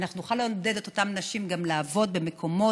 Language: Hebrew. אנחנו נוכל לעודד את אותן נשים גם לעבוד במקומות